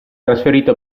trasferito